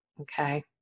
Okay